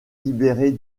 libérée